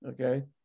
okay